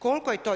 Koliko je to?